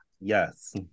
Yes